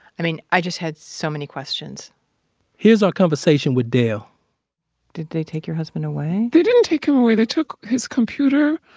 i mean, i just had so many questions here's our conversation with del did they take your husband away? they didn't take him away. they took his computer.